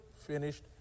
finished